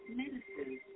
medicine